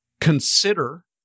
consider